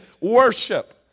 worship